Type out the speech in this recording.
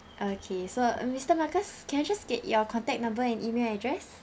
okay so uh mister marcus can I just get your contact number and email address